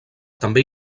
també